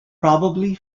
probably